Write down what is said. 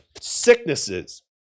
sicknesses